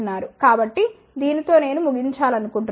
కాబట్టి దీనితో నేను ముగించాలనుకుంటున్నాను